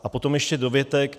A potom ještě dovětek.